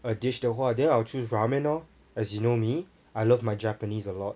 a dish 的话 then I'll choose ramen orh as you know me I love my japanese a lot